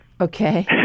Okay